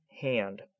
hand